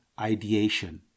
ideation